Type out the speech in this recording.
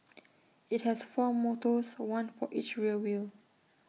IT has four motors one for each rear wheel